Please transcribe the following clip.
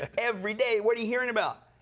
everyday what are you hearing about?